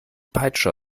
peitsche